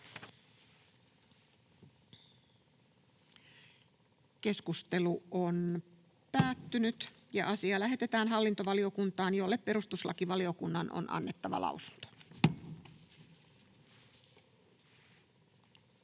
ehdottaa, että asia lähetetään hallintovaliokuntaan, jolle perustuslakivaliokunnan on annettava lausunto.